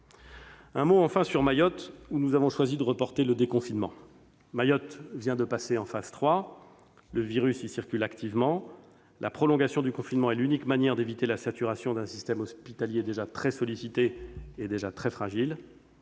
un mot sur Mayotte où nous avons choisi de reporter le déconfinement. Mayotte vient de passer en phase 3. Le virus y circule activement. La prolongation du confinement est l'unique manière d'éviter la saturation d'un système hospitalier déjà très sollicité et fragile.